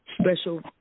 special